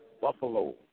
buffalo